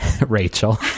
Rachel